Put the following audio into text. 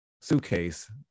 suitcase